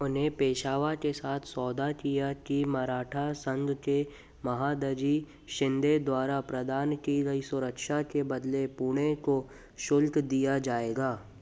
उन्हे पेशवा के साथ सौदा किया कि मराठा संघ के महादजी शिंदे द्वारा प्रदान की गई सुरक्षा के बदले पुणे को शुल्क दिया जाएगा